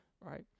right